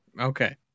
Okay